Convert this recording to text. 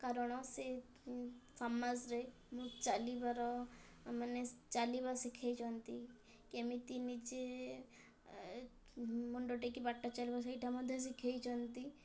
କାରଣ ସେ ସମାଜରେ ମୁଁ ଚାଲିବାର ମାନେ ଚାଲିବା ଶିଖାଇଛନ୍ତି କେମିତି ନିଜେ ମୁଣ୍ଡଟେ କି ବାଟ ଚାଲିବ ସେଇଟା ମଧ୍ୟ ଶିଖାଇଛନ୍ତି